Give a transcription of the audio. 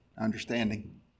understanding